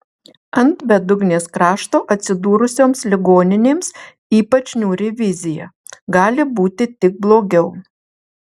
ant bedugnės krašto atsidūrusioms ligoninėms ypač niūri vizija gali būti tik blogiau